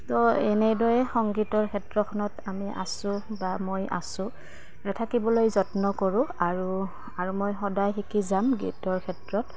তো এনেদৰে সংগীতৰ ক্ষেত্ৰখনত আমি আছো বা মই আছো নথাকিবলৈ যত্ন কৰোঁ আৰু আৰু মই সদায় শিকি যাম গীতৰ ক্ষেত্ৰত